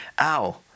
ow